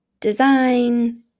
design